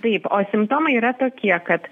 taip o simptomai yra tokie kad